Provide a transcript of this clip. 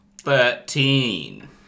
Thirteen